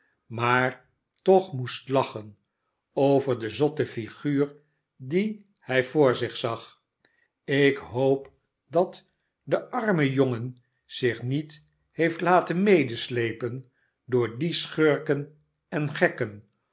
maar toch moest lachen over de zotte figuur die hij voor zich zag sik hoop dat de arme jongen zich niet heeft laten medeslepen door die schurken en gekken